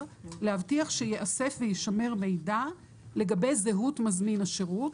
להבטיח שייאסף ויישמר מידע לגבי זהות מזמין השירות,